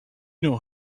know